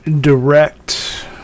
direct